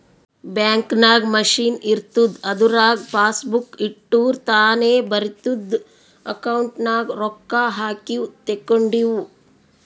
bank ನಾಗ್ machine ಇರ್ತುದ್ ಅದುರಾಗ್ ಪಾಸಬುಕ್ ಇಟ್ಟುರ್ ತಾನೇ ಬರಿತುದ್ ಅಕೌಂಟ್ ನಾಗ್ ರೊಕ್ಕಾ ಹಾಕಿವು ತೇಕೊಂಡಿವು